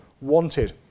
wanted